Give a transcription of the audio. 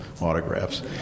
autographs